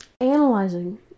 analyzing